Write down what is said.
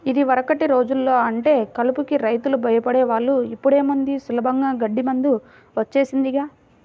యిదివరకటి రోజుల్లో అంటే కలుపుకి రైతులు భయపడే వాళ్ళు, ఇప్పుడేముంది సులభంగా గడ్డి మందు వచ్చేసిందిగా